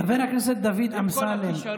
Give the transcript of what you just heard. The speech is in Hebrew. חבר הכנסת דוד אמסלם,